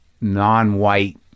non-white